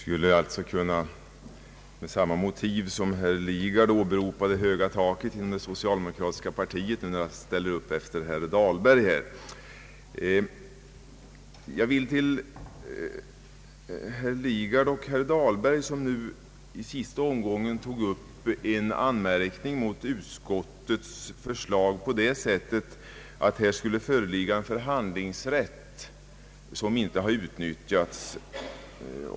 Herr talman! Jag skulle ju med samma motiv som herr Lidgard kunna åberopa det höga taket inom socialdemokratiska partiet, när jag nu ställer upp efter herr Dahlberg! Herr Dahlberg tog i sitt sista inlägg även upp den anmärkningen mot utskottets förslag att det föreligger en förhandlingsrätt, som inte har utnyttjats.